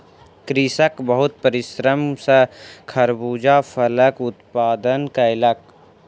कृषक बहुत परिश्रम सॅ खरबूजा फलक उत्पादन कयलक